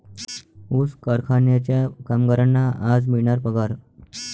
ऊस कारखान्याच्या कामगारांना आज मिळणार पगार